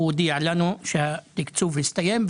הוא הודיע לנו שהתקצוב הסתיים.